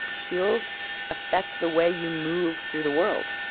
heels affect the way you move through the world.